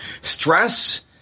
Stress